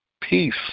peace